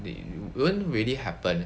they won't really happen